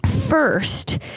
first